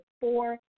four